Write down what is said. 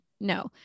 No